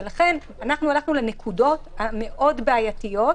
אנחנו הלכנו לנקודות הבעייתיות מאוד,